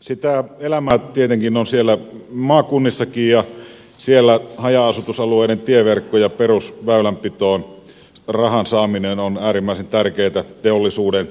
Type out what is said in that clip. sitä elämää tietenkin on siellä maakunnissakin ja siellä haja asutusalueiden tieverkkoon ja perusväylänpitoon rahan saaminen on äärimmäisen tärkeätä teollisuuden